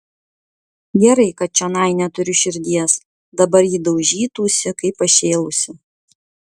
gerai kad čionai neturiu širdies dabar ji daužytųsi kaip pašėlusi